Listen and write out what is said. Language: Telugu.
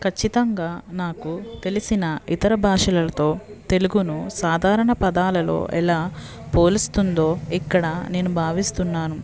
ఖచ్చితంగా నాకు తెలిసిన ఇతర భాషలతో తెలుగును సాధారణ పదాలలో ఎలా పోలిస్తుందో ఇక్కడ నేను బావిస్తున్నాను